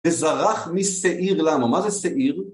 וזרח מי שעיר, לנו? מה זה שעיר?